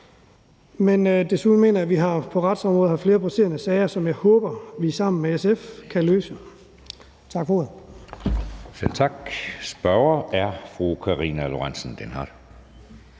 Desuden mener jeg, at vi på retsområdet har flere presserende sager, som jeg håber vi sammen med SF kan løse. Tak for ordet.